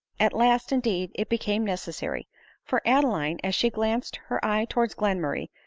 at last, indeed, it became necessary for adeline, as she glanced her eye towards glenmurray,